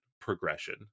progression